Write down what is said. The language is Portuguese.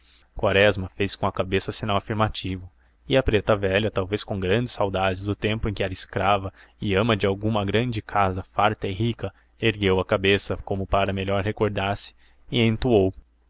quaresma fez com a cabeça sinal afirmativo e a preta velha talvez com grandes saudades do tempo em que era escrava e ama de alguma grande casa farta e rica ergueu a cabeça como para melhor recordar-se e entoou